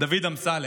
דוד אמסלם,